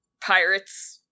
pirates